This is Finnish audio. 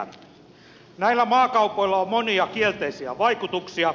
näillä maakaupoilla on monia kielteisiä vaikutuksia